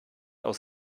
aus